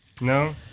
No